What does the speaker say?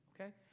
okay